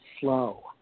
slow